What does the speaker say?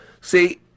See